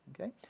okay